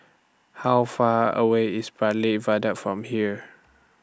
How Far away IS Bartley Viaduct from here